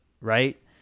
right